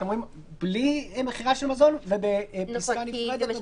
אתם אומרים בלי מכירה של מזון ובפסקה נפרדת מדברים --- נכון,